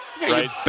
right